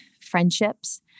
friendships